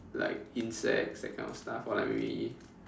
like insects that kind of stuff or like maybe